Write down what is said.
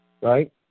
Right